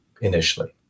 initially